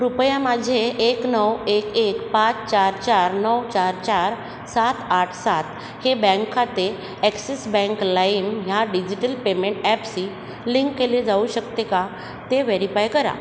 कृपया माझे एक नऊ एक पाच चार चार नऊ चार चार सात आठ सात हे बँक खाते ॲक्सिस बँक लाईम ह्या डिजिटल पेमेंट ॲपशी लिंक केले जाऊ शकते का ते व्हेरीफाय करा